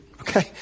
okay